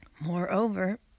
moreover